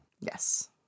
Yes